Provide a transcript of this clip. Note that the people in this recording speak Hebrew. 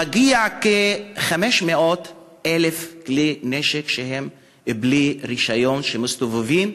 זה מגיע לכ-500,000 כלי נשק שהם בלי רישיון שמסתובבים.